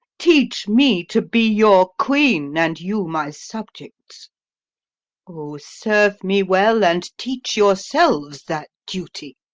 teach me to be your queen, and you my subjects o, serve me well, and teach yourselves that duty!